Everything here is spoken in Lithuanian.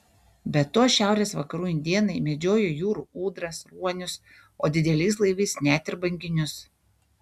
be to šiaurės vakarų indėnai medžiojo jūrų ūdras ruonius o dideliais laivais net ir banginius